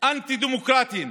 אנטי-דמוקרטיים